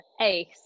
ace